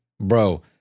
Bro